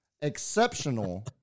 exceptional